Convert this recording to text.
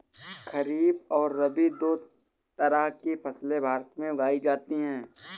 खरीप और रबी दो तरह की फैसले भारत में उगाई जाती है